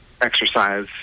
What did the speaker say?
exercise